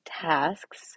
tasks